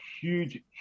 huge